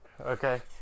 okay